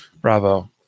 bravo